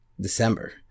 December